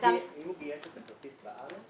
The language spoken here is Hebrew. אם הוא גיהץ את הכרטיס בארץ,